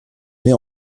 mais